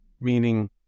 Meaning